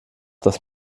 das